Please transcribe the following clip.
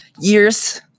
years